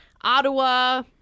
Ottawa